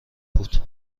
بود